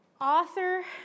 Author